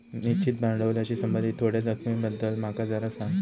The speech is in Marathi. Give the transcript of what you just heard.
निश्चित भांडवलाशी संबंधित थोड्या जोखमींबद्दल माका जरा सांग